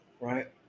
right